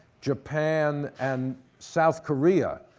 japan and south korea.